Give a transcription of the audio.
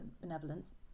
benevolence